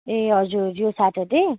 ए हजुर यो स्याटर्डे